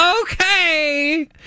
Okay